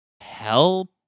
Help